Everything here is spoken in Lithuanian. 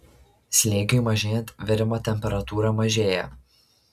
slėgiui mažėjant virimo temperatūra mažėja